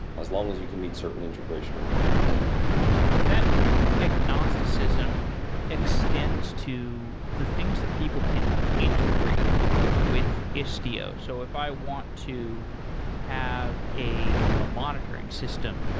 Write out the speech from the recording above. as long as you can meet certain integration requirements that agnosticism extends to the things that people can integrate with istio. so if i want to have a ah monitoring system,